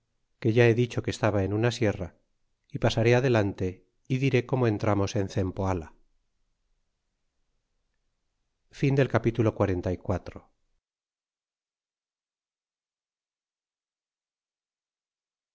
que ya he dicho que estaba en una sierra y pasaré adelante y diré como entramos en c empoala capitulo